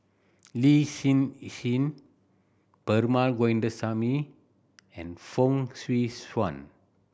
Lin Hsin Hsin Perumal Govindaswamy and Fong Swee Suan